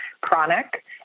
chronic